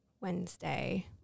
Wednesday